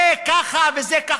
זה ככה וזה ככה.